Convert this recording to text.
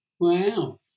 Wow